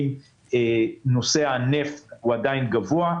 מחיר הנפט הוא עדיין גבוה.